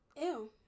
Ew